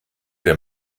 der